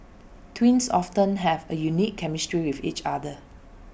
twins often have A unique chemistry with each other